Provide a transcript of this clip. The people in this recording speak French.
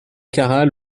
caral